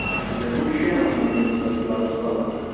اَچھا اَچھا گوٚو شٮ۪ن ہفتَن پٮ۪ٹھ چھُو تۄہہِ فِلحال اَتھ پَلَستَر